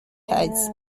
heights